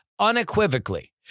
unequivocally